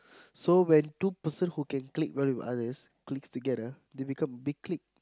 so when two person who can click well with others clicks together they become big clique